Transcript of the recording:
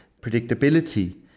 predictability